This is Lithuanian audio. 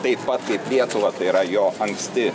taip pat kaip lietuvą tai yra jo anksti